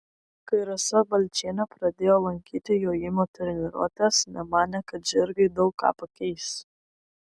kai rasa balčienė pradėjo lankyti jojimo treniruotes nemanė kad žirgai daug ką pakeis